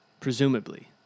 Presumably